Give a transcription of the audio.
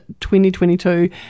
2022